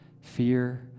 fear